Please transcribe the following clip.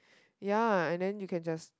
ya and then you can just